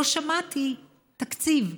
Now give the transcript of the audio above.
לא שמעתי תקציב.